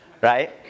Right